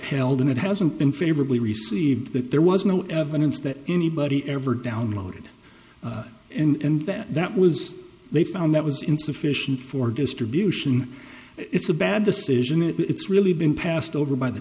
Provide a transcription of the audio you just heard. held and it hasn't been favorably received that there was no evidence that anybody ever downloaded and that was they found that was insufficient for distribution it's a bad decision it's really been passed over by the